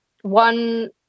one